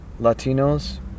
Latinos